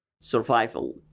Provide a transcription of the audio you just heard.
survival